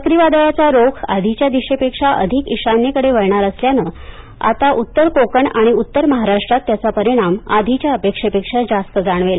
चक्रीवादळाचा रोख आधीच्या दिशेपेक्षा अधिक इशान्येकडे वळणार असल्यानं असल्यानं आता उत्तर कोकणआणि उत्तर महाराष्ट्रात त्याचा परिणाम आधीच्या अपेक्षेपेक्षा जास्त जाणवेल